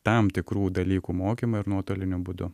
tam tikrų dalykų mokymą ir nuotoliniu būdu